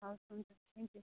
हवस् हुन्छ thank you